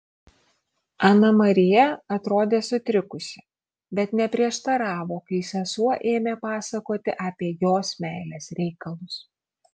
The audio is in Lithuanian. ana marija atrodė sutrikusi bet neprieštaravo kai sesuo ėmė pasakoti apie jos meilės reikalus